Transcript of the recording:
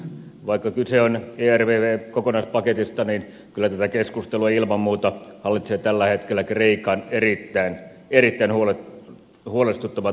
vaikka kyse on ervv kokonaispaketista niin kyllä tätä keskustelua ilman muuta hallitsee tällä hetkellä kreikan erittäin huolestuttava taloustilanne